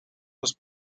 los